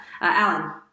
Alan